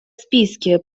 списке